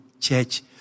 church